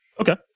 Okay